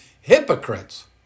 hypocrites